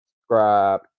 subscribe